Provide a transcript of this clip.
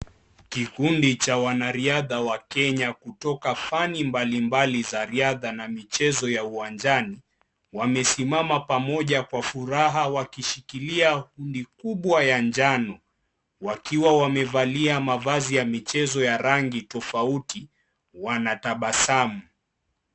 Kikundi cha wanariadha wa Kenya kutoka fani mbali mbali za riadha na michezo ya uwanjani wamesimama pamoja kwa furaha wakishikilia bandi kubwa ya njano wakiwa wamevalia mavazi ya michezo ya rangi tofauti. Wanatabasamu.